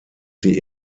sie